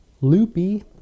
Loopy